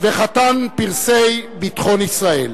וחתן פרסי ביטחון ישראל,